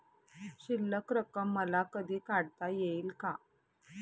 शिल्लक रक्कम मला कधी काढता येईल का?